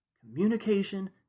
communication